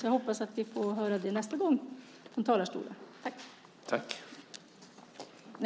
Så jag hoppas att vi får höra det nästa gång från talarstolen.